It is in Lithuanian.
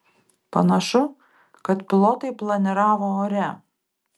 panašu kad pilotai planiravo ore